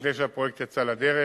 לפני שהפרויקט יצא לדרך.